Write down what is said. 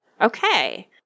Okay